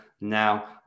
now